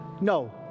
No